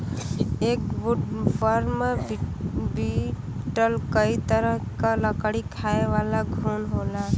एक woodworm beetle कई तरह क लकड़ी खायेवाला घुन होला